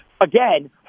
again